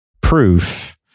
proof